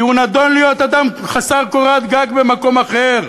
כי הוא נידון להיות אדם חסר קורת גג במקום אחר.